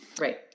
Right